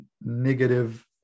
negative